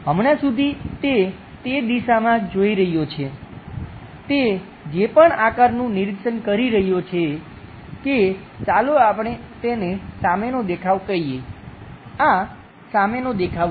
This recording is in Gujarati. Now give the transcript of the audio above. હમણાં સુધી તે તે દિશામાં જોઈ રહ્યો છે તે જે પણ આકારનું નિરીક્ષણ કરી રહ્યો છે કે ચાલો આપણે તેને સામેનો દેખાવ કહીએ આ સામેનો દેખાવ છે